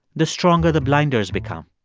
the stronger the blinders become.